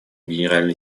генеральный